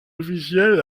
officielles